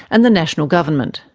and the national government.